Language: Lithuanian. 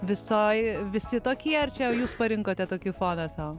visoj visi tokie ar čia jūs parinkote tokį foną sau